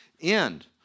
end